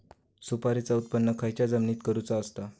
सुपारीचा उत्त्पन खयच्या जमिनीत करूचा असता?